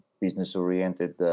business-oriented